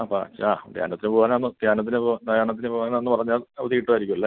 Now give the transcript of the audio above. അപ്പം ആ ധ്യാനത്തിന് പോവാനാണെന്ന് ധ്യാനത്തിന് പോവാൻ ധ്യാനത്തിന് പോവാനാണെന്ന് പറഞ്ഞാൽ അവധി കിട്ടുമായിരിക്കും അല്ലേ